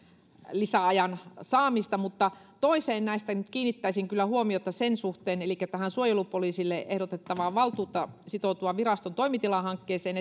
lisäajan saamista mutta toiseen näistä nyt kiinnittäisin kyllä huomiota tähän suojelupoliisille ehdotettavaan valtuuteen sitoutua viraston toimitilahankkeeseen